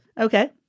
Okay